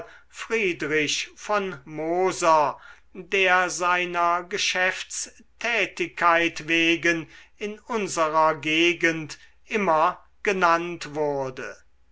friedrich von moser der seiner geschäftstätigkeit wegen in unserer gegend immer genannt wurde